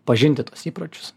pažinti tuos įpročius